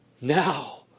Now